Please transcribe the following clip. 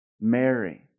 Mary